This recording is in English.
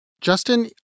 Justin